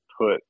put